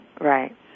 Right